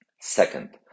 Second